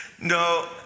No